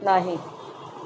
नाही